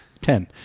ten